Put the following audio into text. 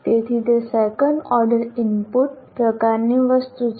તેથી તે second order input પ્રકારની વસ્તુ છે